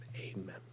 amen